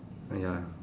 uh ya